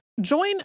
Join